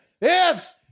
Yes